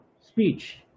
speech